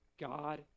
God